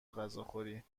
غذاخوری